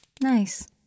Nice